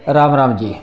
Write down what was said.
Ram Ram जी